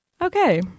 Okay